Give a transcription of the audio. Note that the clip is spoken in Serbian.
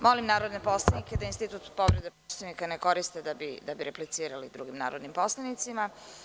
Molim narodne poslanike da institut povrede Poslovnika ne koriste da bi replicirali drugim narodnim poslanicima.